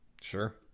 Sure